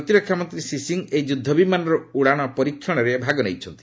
ପ୍ରତିରକ୍ଷା ମନ୍ତ୍ରୀ ଶ୍ରୀ ସିଂହ ଏହି ଯୁଦ୍ଧ ବିମାନର ଉଡ଼ାଣ ପରୀକ୍ଷଣରେ ଭାଗ ନେଇଛନ୍ତି